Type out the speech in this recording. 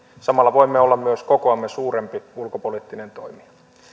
samalla voimme olla myös kokoamme suurempi ulkopoliittinen toimija